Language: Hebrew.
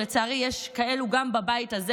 ולצערי יש כאלה גם בבית הזה,